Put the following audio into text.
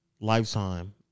lifetime